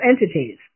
entities